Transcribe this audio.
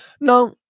No